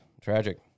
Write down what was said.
tragic